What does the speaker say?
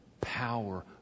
power